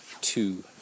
two